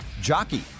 Jockey